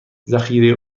ذخیره